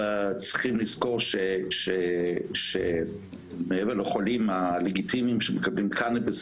צריכים לזכור שמעבר לחולים הלגיטימיים שמקבלים קנביס,